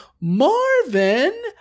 Marvin